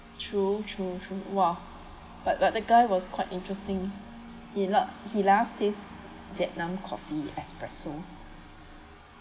true true true !wah! but but that guy was quite interesting he let he let us taste vietnam coffee espresso